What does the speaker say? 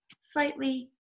slightly